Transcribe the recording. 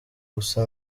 gusa